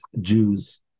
Jews